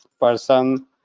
person